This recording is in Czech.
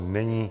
Není.